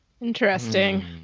Interesting